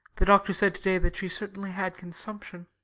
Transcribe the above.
the doctor said to-day that she certainly had consumption.